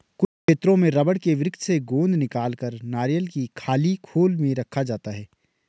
कुछ क्षेत्रों में रबड़ के वृक्ष से गोंद निकालकर नारियल की खाली खोल में रखा जाता है